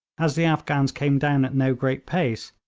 as the afghans came down at no great pace,